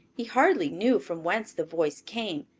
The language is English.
he hardly knew from whence the voice came,